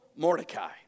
Mordecai